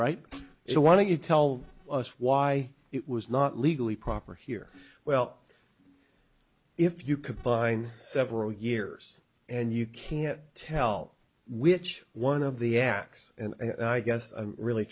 trite so why don't you tell us why it was not legally proper here well if you combine several years and you can't tell which one of the acts i guess i'm really